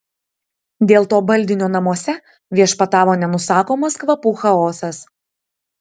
dėl to baldinio namuose viešpatavo nenusakomas kvapų chaosas